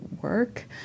work